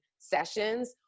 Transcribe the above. sessions